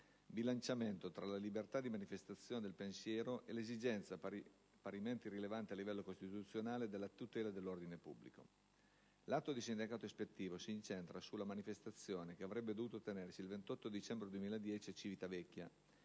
del bilanciamento tra la libertà di manifestazione del pensiero e l'esigenza - parimenti rilevante a livello costituzionale - della tutela dell'ordine pubblico. L'atto di sindacato ispettivo si incentra sulla manifestazione che avrebbe dovuto tenersi il 28 dicembre 2010 a Civitavecchia,